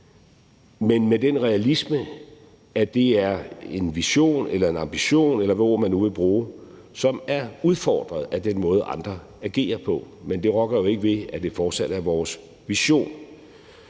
men med den realisme, at det er en vision eller ambition, eller hvad ord man nu vil bruge, som er udfordret af den måde, andre agerer på, men det rokker jo ikke ved, at det fortsat er vores vision.